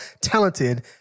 talented